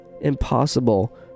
impossible